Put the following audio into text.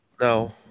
No